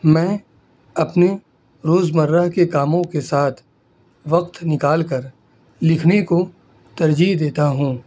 میں اپنے روزمرہ کے کاموں کے ساتھ وقت نکال کر لکھنے کو ترجیح دیتا ہوں